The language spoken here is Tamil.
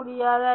முடியாதா